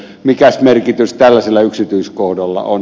mikäs merkitys tällaisella yksityiskohdalla on